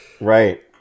right